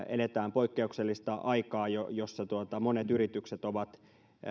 eletään poikkeuksellista aikaa jossa monet yritykset ovat